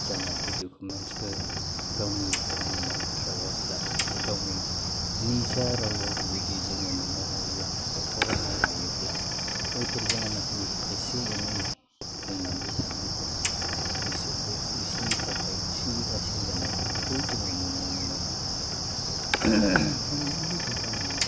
जानोखि दकुमेन्ट्सफोर गावनि माट्रि भासा बे गावनि निजा रावआव जुदि जोङो मोननो हायोब्ला बा फरायनो हायोब्ला बैफोर जानोखि इसे इनै रोंनानै थानायफोर बिसोरबो बिसोरनि थाखाय सुबिदासिन जानायखौ जोङो नुनो मोनो दा मेइनलि बेल' नङा